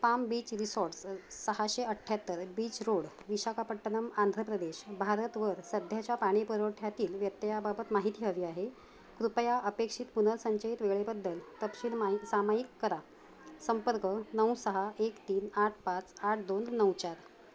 palm beach resorts सहाशे अठ्ठ्याहत्तर beach road Visakhapatnam Andhra Pradesh भारतवर सध्याच्या पाणीपुरवठ्यातील व्यत्ययाबाबत माहिती हवी आहे कृपया अपेक्षित पुनर्संचयित वेळेबद्दल तपशील माई सामायिक करा संपर्क नऊ सहा एक तीन आठ पाच आठ दोन नऊ चार